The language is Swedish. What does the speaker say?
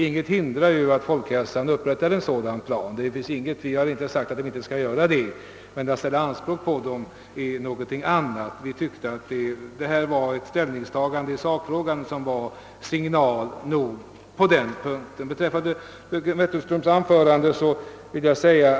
Ingenting hindrar ju att. folkhälsoinstitutet upprättar en sådan plan; vi har inte sagt att man inte skall göra det, men att ställa ett sådant krav på folkhälsoinstitutet är någonting annat. Vi tyckte att vårt ställningstagande i sakfrågan var signal nog på den punkten. Till fröken Wetterström vill jag säga.